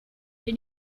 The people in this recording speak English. did